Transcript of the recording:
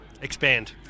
Expand